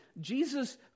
Jesus